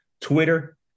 Twitter